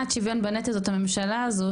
מי שמונעת שוויון בנטל זאת הממשלה הזו,